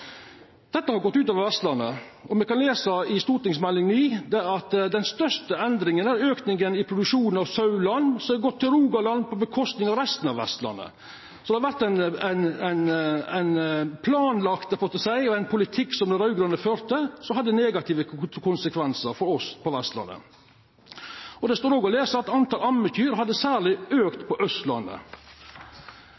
Dette har gått ut over Vestlandet. Me kan lesa i Meld. St. 9: «Den største endringen er økning i produksjonen av sau-/lammekjøtt i Rogaland, på bekostning av resten av Vestlandet.» Så det var ein planlagd politikk som dei raud-grøne førte, som hadde negative konsekvensar for oss på Vestlandet. Det står òg å lesa: «Antall ammekyr har særlig økt